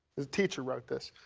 the teacher wrote this.